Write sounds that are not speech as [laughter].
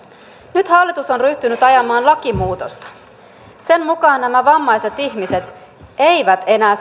nyt hallitus on ryhtynyt ajamaan lakimuutosta sen mukaan nämä vammaiset ihmiset eivät enää [unintelligible]